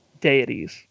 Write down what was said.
deities